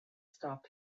stop